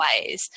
ways